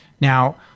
Now